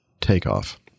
takeoff